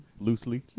Loosely